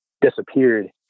disappeared